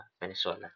Venezuela